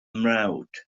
mrawd